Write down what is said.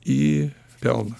į pelną